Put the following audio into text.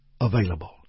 available